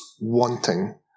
wanting